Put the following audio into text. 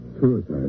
Suicide